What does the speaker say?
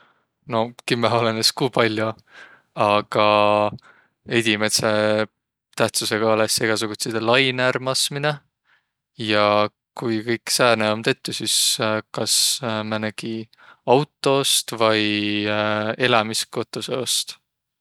No kimmähe olõnõs, ku pall'o. Aga edimädse tähtsüsega olõs egal johul egäsugutsidõ lainõ ärq masminõ, ja ku kõik sääne om tettü, sis kas määnegi autoost vai elämiskotusõ ost.